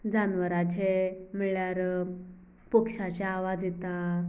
जानवरांचे म्हणल्यार पक्षांचे आवाज येता